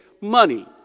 money